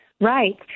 Right